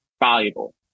valuable